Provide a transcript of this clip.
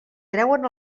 treuen